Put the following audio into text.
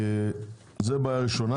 זו בעיה ראשונה.